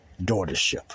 daughtership